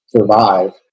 survive